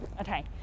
Okay